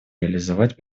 реализовать